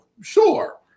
sure